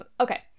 okay